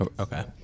Okay